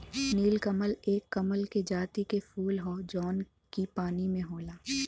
नीलकमल एक कमल के जाति के फूल हौ जौन की पानी में होला